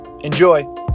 Enjoy